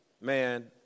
Man